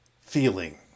feeling